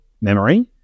memory